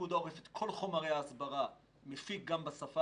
פיקוד העורף מפיק את כל חומרי ההסברה גם בשפה